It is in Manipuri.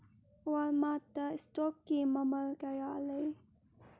ꯋꯥꯜꯃꯥꯔꯠꯇ ꯏꯁꯇꯣꯛꯀꯤ ꯃꯃꯜ ꯀꯌꯥ ꯂꯩ